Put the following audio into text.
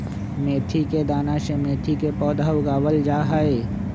मेथी के दाना से मेथी के पौधा उगावल जाहई